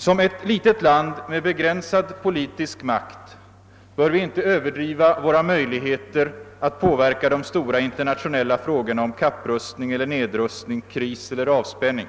Som ett litet land med begränsad politisk makt bör vi inte överdriva våra möjligheter att påverka de stora inter nationella frågorna om kapprustning eller nedrustning, kris eller avspänning,